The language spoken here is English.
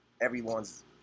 everyone's